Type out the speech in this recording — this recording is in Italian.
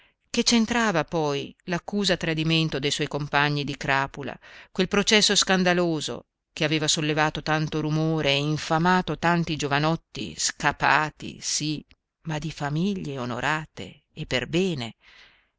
che c'entrava poi l'accusa a tradimento dei suoi compagni di crapula quel processo scandaloso che aveva sollevato tanto rumore e infamato tanti giovanotti scapati sì ma di famiglie onorate e per bene